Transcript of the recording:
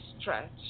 Stretch